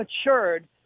matured